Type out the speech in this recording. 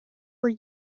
were